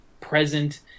present